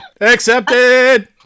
Accepted